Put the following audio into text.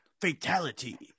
Fatality